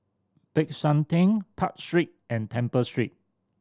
Peck San Theng Park Street and Temple Street